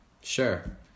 sure